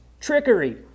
Trickery